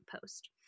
post